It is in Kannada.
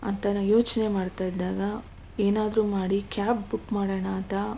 ಅಂತ ನಾನು ಯೋಚನೆ ಮಾಡ್ತ ಇದ್ದಾಗ ಏನಾದರೂ ಮಾಡಿ ಕ್ಯಾಬ್ ಬುಕ್ ಮಾಡೋಣ ಅಂತ